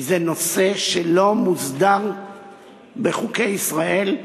כי זה נושא שלא מוסדר בחוקי ישראל,